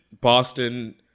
Boston